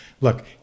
look